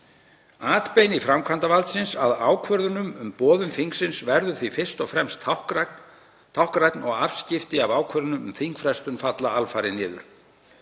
Atbeini framkvæmdarvaldsins að ákvörðunum um boðun þingsins verður því fyrst og fremst táknrænn og afskipti af ákvörðunum um þingfrestun falla alfarið niður.